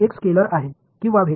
எனவே இடது புறம் ஆக மாறுகிறது